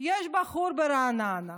שיש בחור ברעננה